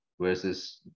Versus